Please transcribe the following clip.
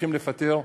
שצריכים לפטר,